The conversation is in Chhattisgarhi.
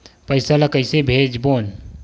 पईसा ला कइसे भेजबोन?